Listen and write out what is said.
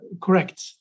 correct